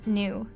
new